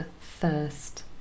first